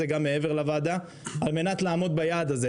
גם מעבר לוועדה על מנת לעמוד ביעד הזה.